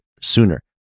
sooner